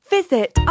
Visit